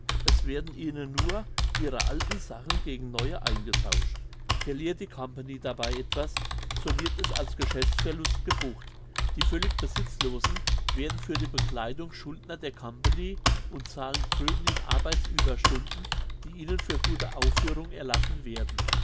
es werden ihnen nur ihre alten sachen gegen neue eingetauscht verliert die company dabei etwas so wird es als geschäftsverlust gebucht die völlig besitzlosen werden für die bekleidung schuldner der company und zahlen drüben in arbeitsüberstunden die ihnen für gute aufführung erlassen werden